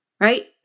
right